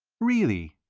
really?